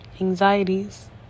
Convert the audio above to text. anxieties